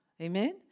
Amen